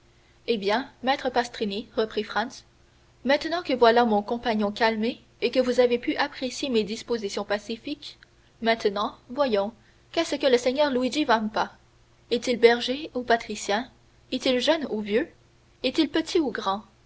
eh bien maître pastrini reprit franz maintenant que voilà mon compagnon calmé et que vous avez pu apprécier mes dispositions pacifiques maintenant voyons qu'est-ce que le seigneur luigi vampa est-il berger ou patricien est-il jeune ou vieux est-il petit ou grand